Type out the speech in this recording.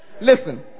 listen